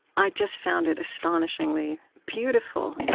i just found it astonishingly beautiful and